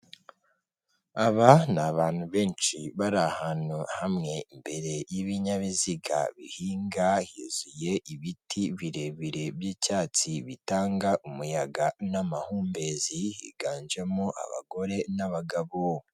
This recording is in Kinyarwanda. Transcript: Aba ni abantu benshi bari ahantu hamwe, imbere y'ibinyabiziga bihinga huzuye ibiti birebire by'icyatsi bitanga umuyaga n'amahumbezi, higanjemo abagore n'abagabo.